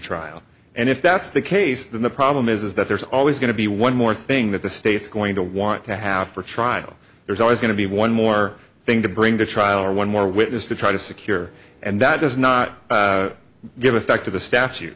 trial and if that's the case then the problem is that there's always going to be one more thing that the state's going to want to have for a trial there's always going to be one more thing to bring to trial or one more witness to try to secure and that does not give effect to the statu